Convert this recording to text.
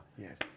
Yes